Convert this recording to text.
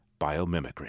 biomimicry